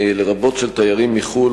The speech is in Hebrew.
לרבות של תיירים מחו"ל,